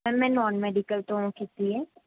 ma'am ਮੈਂ non medical ਤੋਂ ਕੀਤੀ ਹੈ